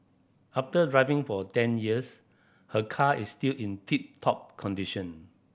after driving for ten years her car is still in tip top condition